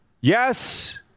Yes